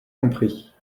compris